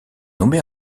nommée